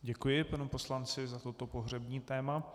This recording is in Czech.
Děkuji panu poslanci za toto pohřební téma.